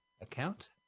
account